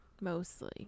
mostly